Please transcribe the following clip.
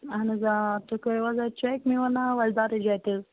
اہَن حظ آ تُہۍ کٔرِو حظ اَتہِ چیٚک میون ناو آسہِ بدل جایہِ تیٚلہِ